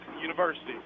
University